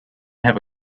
have